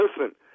Listen